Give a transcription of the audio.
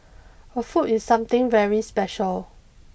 a foot is something very special